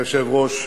אדוני היושב-ראש,